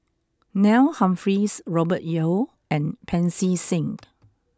Neil Humphreys Robert Yeo and Pancy Seng